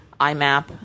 IMAP